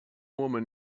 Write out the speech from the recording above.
woman